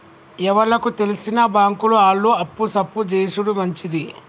ఎవలకు తెల్సిన బాంకుల ఆళ్లు అప్పు సప్పు జేసుడు మంచిది